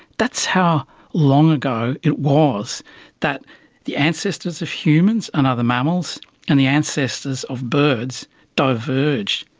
that's how long ago it was that the ancestors of humans and other mammals and the ancestors of birds diverged.